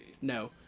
No